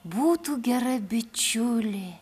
būtų gera bičiulė